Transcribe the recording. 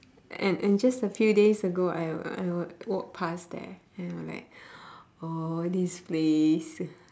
and and just a few days ago I I walked past there and were like orh this place